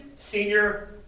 senior